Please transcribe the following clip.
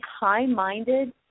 high-minded